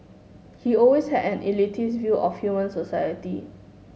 he always had an elitist view of human society